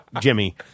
Jimmy